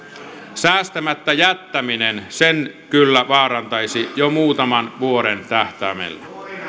säästämättä jättäminen sen kyllä vaarantaisi jo muutaman vuoden tähtäimellä